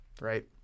right